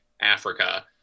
Africa